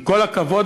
עם כל הכבוד,